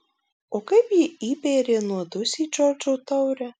o kaip ji įbėrė nuodus į džordžo taurę